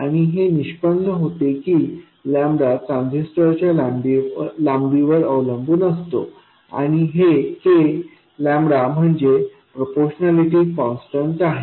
आणि हे निष्पन्न होते की लंबडा ट्रान्झिस्टर च्या लांबीवर अवलंबून असतो आणि हे k म्हणजे प्रोपोर्शनैलिटी कान्स्टन्ट आहे